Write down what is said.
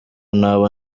naba